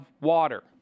water